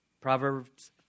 Proverbs